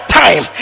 time